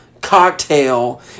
cocktail